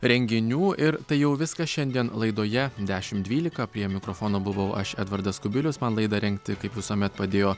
renginių ir tai jau viskas šiandien laidoje dešim dvylika prie mikrofono buvau aš edvardas kubilius man laidą rengti kaip visuomet padėjo